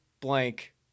blank